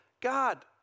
God